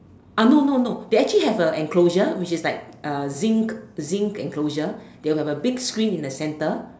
ah no no no they actually have a enclosure which is like uh zinc zinc enclosure they will have a big screen in the centre